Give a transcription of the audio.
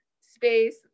space